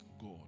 God